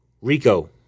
Rico